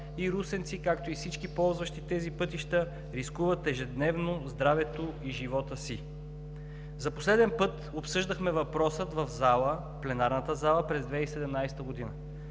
и русенци, както и всички ползващи тези пътища, рискуват ежедневно здравето и живота си. За последен път обсъждахме въпроса в пленарната зала през 2017 г.